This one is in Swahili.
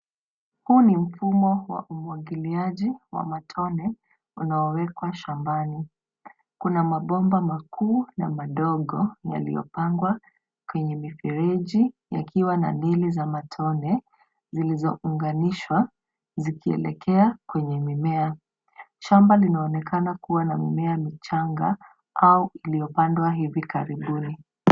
Huu ni mfumo wa umwagiliaji wa matone unaowekwa shambani. Kuna mabomba makuu na madogo na iliyopangwa kwenye mifereji yakiwa na dili za matone zilizounganishwa zikielekea kwenye mimea. Shamba linaonekana kuwa na mimea michanga au uliopandwa hivi karibuni.